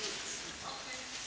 Hvala vam